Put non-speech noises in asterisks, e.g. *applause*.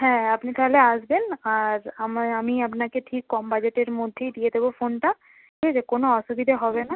হ্যাঁ আপনি তাহলে আসবেন আর *unintelligible* আমি আপনাকে ঠিক কম বাজেটের মধ্যেই দিয়ে দেবো ফোনটা ঠিক *unintelligible* কোনো অসুবিধে হবে না